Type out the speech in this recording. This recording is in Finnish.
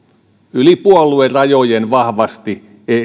yli puoluerajojen vahvasti